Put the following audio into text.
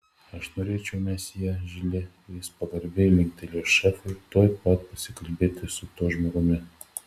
aš norėčiau mesjė žili jis pagarbiai linktelėjo šefui tuoj pat pasikalbėti su tuo žmogumi